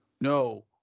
No